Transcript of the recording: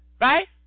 right